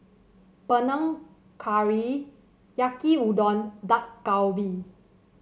Panang Curry Yaki Udon Dak Galbi